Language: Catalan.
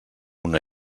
una